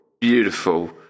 Beautiful